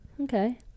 okay